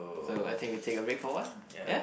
so I think we take a break for awhile ya